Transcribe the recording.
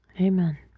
Amen